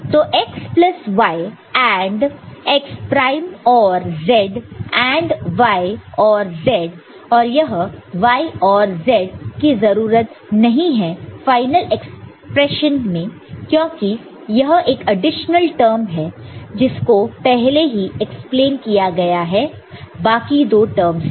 तो x plus y AND x prime OR z AND y OR z और यह y ORz की जरूरत नहीं है फाइनल एक्सप्रेशन में क्योंकि यह एक एडिशनल टर्म है जिसको पहले ही एक्सप्लेन किया गया है बाकी दो टर्मस से